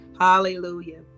Hallelujah